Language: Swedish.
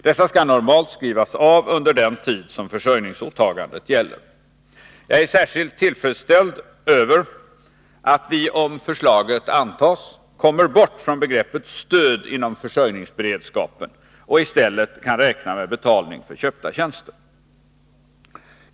Dessa skall normalt skrivas av under den tid som försörjningsåtagandet gäller. Jag är särskilt tillfredsställd över att vi om förslaget antas kommer bort från begreppet ”stöd” inom försörjningsberedskapen och i stället betalar för köpta tjänster.